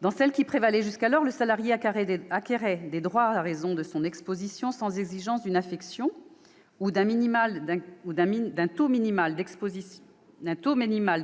des risques ? Jusqu'alors, le salarié acquérait des droits « à raison de son exposition sans exigence d'une affection » ou d'un taux minimal